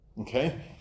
Okay